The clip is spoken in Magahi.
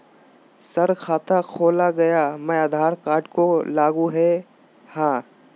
सर खाता खोला गया मैं आधार कार्ड को लागू है हां?